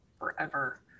forever